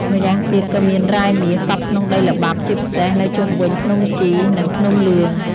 ម្យ៉ាងទៀតក៏មាន រ៉ែមាស កប់ក្នុងដីល្បាប់ ជាពិសេសនៅជុំវិញភ្នំជី និងភ្នំលឿង។